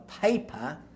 paper